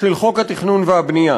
של חוק התכנון והבנייה,